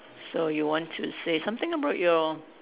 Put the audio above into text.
so you want to say something about your